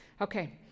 Okay